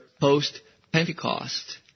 post-Pentecost